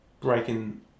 breaking